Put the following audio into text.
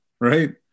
right